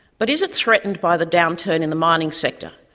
but is it threatened by the downturn in the mining sector,